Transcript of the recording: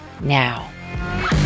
now